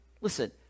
Listen